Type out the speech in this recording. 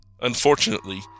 Unfortunately